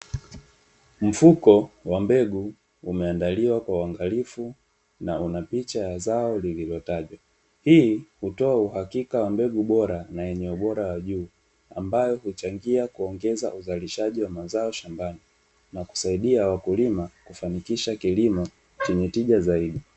Mfuko wa mbegu umeandaliwa kwa uangalifu na una picha ya zao lililotajwa. Hii hutoa uhakika wa mbegu bora na eneo bora ya juu ambayo huchangia kuongeza uzalishaji wa mazao shambani na kuwasaidia wakulima kufanikisha kilimo chenye tija zaidi.